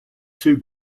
two